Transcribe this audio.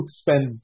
spend